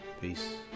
Peace